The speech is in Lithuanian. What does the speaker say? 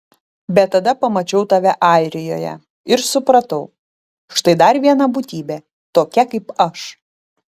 bet tada pamačiau tave airijoje ir supratau štai dar viena būtybė tokia kaip aš